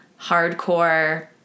hardcore